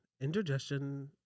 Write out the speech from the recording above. Indigestion